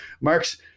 Marx